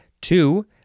Two